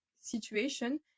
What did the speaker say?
situation